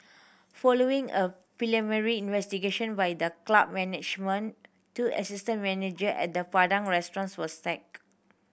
following a preliminary investigation by the club management two assistant manager at the Padang Restaurant were sacked